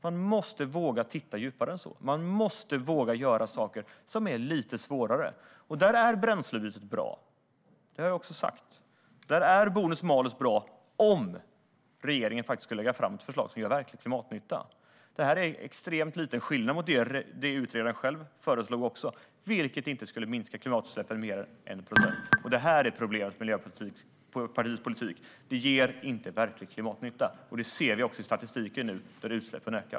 Man måste våga titta djupare än så, och man måste våga göra saker som är lite svårare. Där är bränslebytet bra, och det har jag sagt. Där är bonus-malus-systemet bra - om regeringen faktiskt skulle lägga fram ett förslag som gör verklig klimatnytta. Detta ger en extremt liten skillnad mot det utredaren själv föreslog, vilket inte skulle minska klimatutsläppen med mer än 1 procent. Detta är problemet med Miljöpartiets politik: Den ger inte verklig klimatnytta. Det ser vi också i statistiken, som visar att utsläppen ökar.